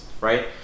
right